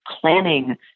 planning